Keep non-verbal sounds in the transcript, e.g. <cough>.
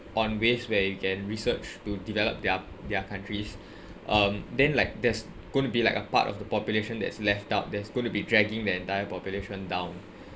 on ways where you can research to develop their their countries <breath> um then like there's going to be like a part of the population that is left out that's going to be dragging the entire population down